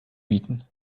bieten